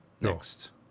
next